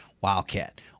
Wildcat